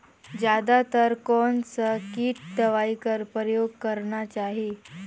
जादा तर कोन स किट दवाई कर प्रयोग करना चाही?